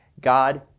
God